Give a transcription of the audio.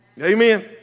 Amen